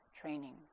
training